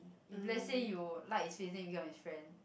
if let say you like his face then you become his friend